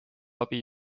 abi